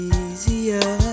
easier